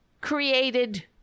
created